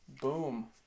Boom